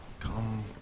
Come